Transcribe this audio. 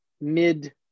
mid